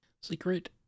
secret